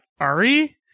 Ari